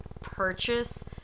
purchase